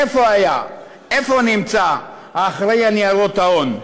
איפה היה, איפה נמצא האחראי לשוק ההון?